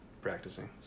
practicing